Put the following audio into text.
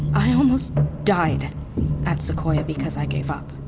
i almost died at sequoia because i gave up.